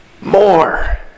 more